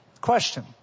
Question